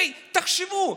הרי תחשבו,